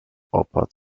opat